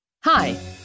Hi